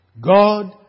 God